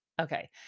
okay